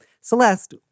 Celeste